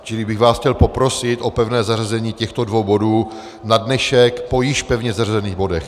Čili bych vás chtěl poprosit o pevné zařazení těchto dvou bodů na dnešek po již pevně zařazených bodech.